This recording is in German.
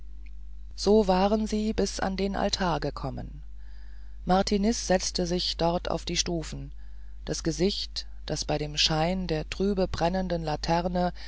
so waren sie bis an den altar gekommen martiniz setzte sich dort auf die stufen das gesicht das bei dem schein der trübe brennenden laterne